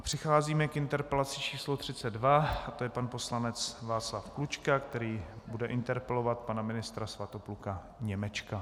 Přicházíme k interpelaci č. 32 a to je pan poslanec Václav Klučka, který bude interpelovat pana ministra Svatopluka Němečka.